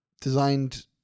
designed